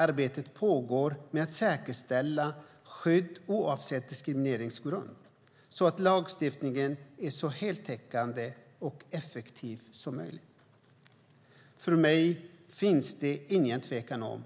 Arbetet med att säkerställa skydd oavsett diskrimineringsgrund pågår så att lagstiftningen blir så heltäckande och effektiv som möjligt. För mig finns det ingen tvekan.